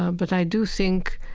ah but i do think,